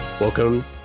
Welcome